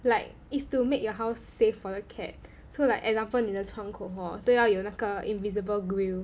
like is to make your house safe for the cat so like example 你的窗口 hor 都要有那个 invisible grill